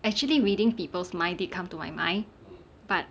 actually reading people's mind did come to my mind but